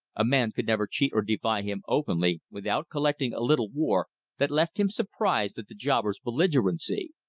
a man could never cheat or defy him openly without collecting a little war that left him surprised at the jobber's belligerency.